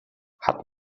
hat